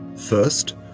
First